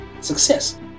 Success